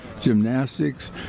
gymnastics